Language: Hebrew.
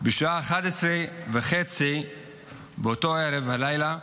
בשעה 23:30 באותו הלילה,